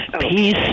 Peace